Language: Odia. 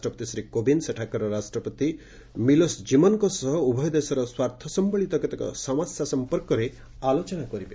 ରାଷ୍ଟ୍ରପତି ଶ୍ରୀ କୋବିନ୍ଦ ସେଠାକାର ରାଷ୍ଟ୍ରପତି ମିଲୋସ୍ ଜିମନ୍ଙ୍କ ସହ ଉଭୟ ଦେଶର ସ୍ୱାର୍ଥ ସମ୍ପଳିତ କେତେକ ସମସ୍ୟା ସଫପର୍କରେ ଆଲୋଚନା କରିବେ